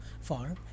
farm